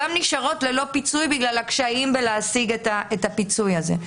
והן גם נשארות ללא פיצוי בגלל הקושי להשיג את הפיצוי הזה.